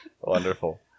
Wonderful